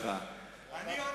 עונה.